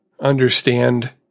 understand